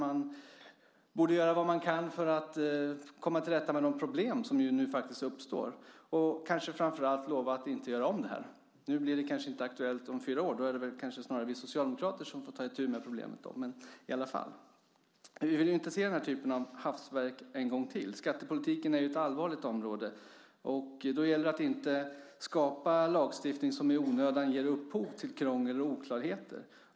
Man borde göra vad man kan för att komma till rätta med de problem som nu faktiskt uppstår och kanske framför allt lova att inte göra om det. Nu blir det kanske inte aktuellt om fyra år, då är det snarare vi socialdemokrater som får ta itu med problemet, men i alla fall. Vi är inte intresserade av den här typen av hafsverk en gång till. Skattepolitiken är ett allvarligt område. Det gäller att inte skapa lagstiftning som i onödan ger upphov till krångel och oklarheter.